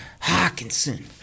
Hawkinson